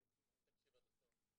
תקשיב עד הסוף,